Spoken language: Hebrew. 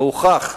והוכח,